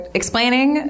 explaining